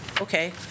Okay